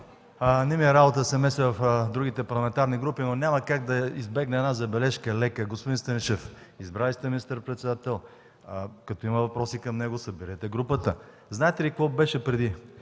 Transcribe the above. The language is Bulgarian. ми е работа да се меся в другите парламентарни групи, но няма как да избегна една лека забележка. Господин Станишев, избрали сте министър-председател. Като има въпроси към него, съберете групата. Знаете ли какво беше преди?